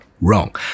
wrong